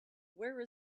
where